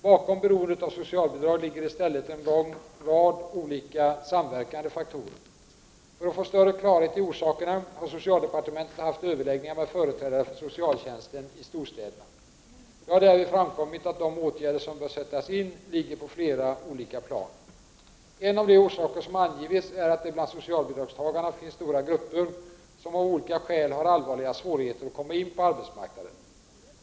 Bakom beroendet av socialbidrag ligger i stället en lång rad olika samverkande faktorer. För att få större klarhet i orsakerna har socialdepartementet haft överläggningar med företrädare för socialtjänsten i storstäderna. Det har därvid framkommit att de åtgärder som bör sättas in ligger på flera olika plan. En av de orsaker som angivits är att det bland socialbidragstagarna finns stora grupper som av olika skäl har allvarliga svårigheter att komma in på arbetsmarknaden.